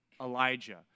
Elijah